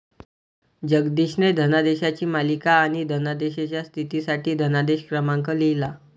जगदीशने धनादेशांची मालिका आणि धनादेशाच्या स्थितीसाठी धनादेश क्रमांक लिहिला